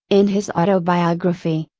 in his autobiography,